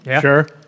Sure